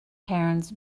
parents